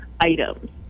items